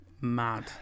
Mad